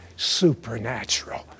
supernatural